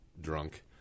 drunk